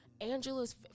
Angela's